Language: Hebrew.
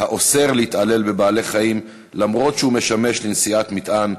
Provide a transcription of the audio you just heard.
האוסר להתעלל בבעלי-חיים למרות שהוא משמש לנשיאת מטען,